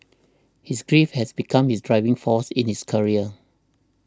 his grief has become his driving force in his career